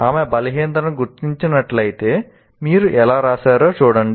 ఆమె బలహీనతను గుర్తించినట్లయితే 'మీరు ఎలా చేశారో చూడండి